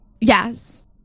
Yes